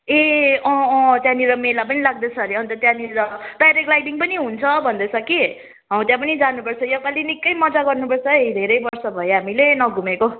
ए अँ अँ त्यहाँनिर मेला पनि लाग्दैछ हरे अन्य त्यहाँनिर प्याराग्लाइडिङ पनि हुन्छ भन्दैछ कि हो त्यहाँ पनि जानुपर्छ योपालि निकै मजा गर्नु पर्छ है धेरै वर्ष भयो हामीले नघुमेको